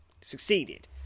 Succeeded